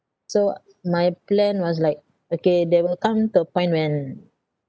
so my plan was like okay there will come to a point when